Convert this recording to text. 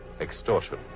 extortion